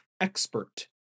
expert